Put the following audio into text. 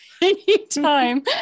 Anytime